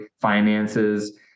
finances